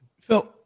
Phil